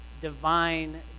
divine